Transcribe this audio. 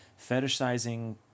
fetishizing